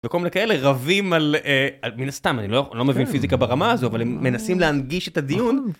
מקום לכאלה רבים על אה, על מין סתם אני לא, אני לא מבין פיזיקה ברמה הזו אבל הם מנסים להנגיש את הדיון.